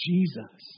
Jesus